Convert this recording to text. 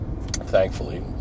thankfully